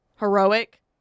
Heroic